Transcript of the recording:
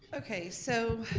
okay, so